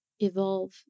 evolve